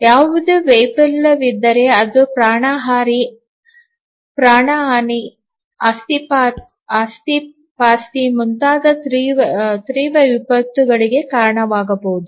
ಯಾವುದೇ ವೈಫಲ್ಯವಿದ್ದರು ಅದು ಪ್ರಾಣಹಾನಿ ಆಸ್ತಿಪಾಸ್ತಿ ಮುಂತಾದ ತೀವ್ರ ವಿಪತ್ತುಗಳಿಗೆ ಕಾರಣವಾಗಬಹುದು